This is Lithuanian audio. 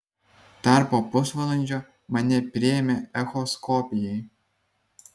dar po pusvalandžio mane priėmė echoskopijai